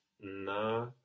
na